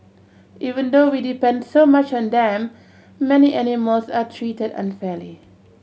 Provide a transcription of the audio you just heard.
even though we depend so much on them many animals are treated unfairly